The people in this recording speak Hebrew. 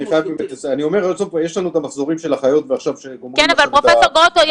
יש לנו מחזורים של אחיות שעכשיו גומרות --- פרופ' גרוטו,